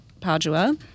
Padua